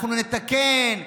אנחנו נתקן.